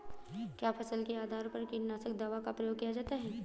क्या फसल के आधार पर कीटनाशक दवा का प्रयोग किया जाता है?